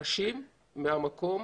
אנשים מהמקום